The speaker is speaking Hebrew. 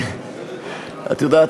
את יודעת,